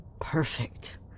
perfect